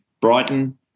Brighton